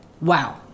Wow